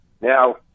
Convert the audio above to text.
Now